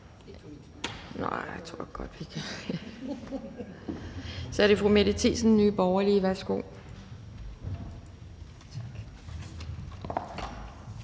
Så er det fru Mette Thiesen, Nye Borgerlige. Værsgo.